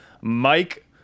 Mike